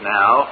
now